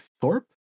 Thorpe